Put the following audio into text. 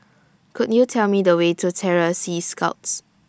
Could YOU Tell Me The Way to Terror Sea Scouts